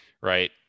Right